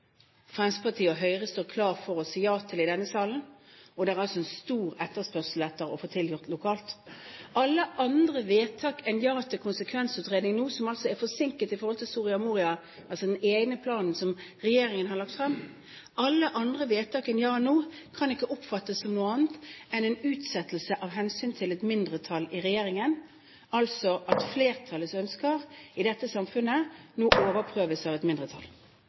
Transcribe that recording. Fremskrittspartiet og Høyre står klar til å si ja til i denne salen, og som det er stor etterspørsel etter lokalt. Alle andre vedtak enn ja til konsekvensutredning nå, som er forsinket i forhold til Soria Moria-erklæringen – altså regjeringens egen plan – kan ikke oppfattes som noe annet enn en utsettelse av hensyn til et mindretall i regjeringen, altså at flertallets ønsker i dette samfunnet nå overprøves av et mindretall.